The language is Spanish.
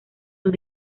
sus